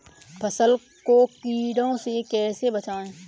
फसल को कीड़े से कैसे बचाएँ?